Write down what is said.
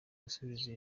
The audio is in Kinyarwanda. gusubiza